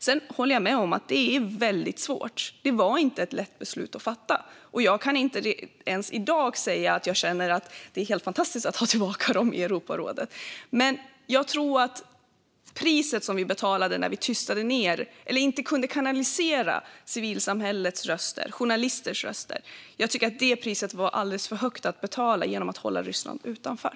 Jag håller med om att detta är svårt. Det var inte ett lätt beslut att fatta. Jag kan inte ens i dag säga att jag känner att det är helt fantastiskt att ha tillbaka Ryssland i Europarådet. Men jag tror att priset vi betalade när vi inte kunde kanalisera civilsamhällets röster, journalisters röster, var för högt när vi höll Ryssland utanför.